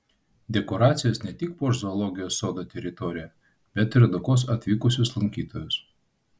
dekoracijos ne tik puoš zoologijos sodo teritoriją bet ir edukuos atvykusius lankytojus